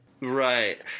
Right